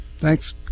Thanks